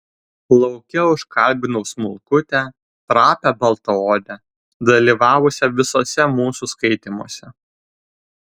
lauke užkalbinau smulkutę trapią baltaodę dalyvavusią visuose mūsų skaitymuose